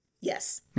Yes